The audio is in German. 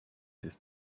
ist